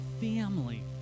family